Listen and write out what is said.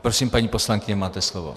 Prosím, paní poslankyně, máte slovo.